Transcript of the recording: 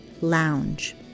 lounge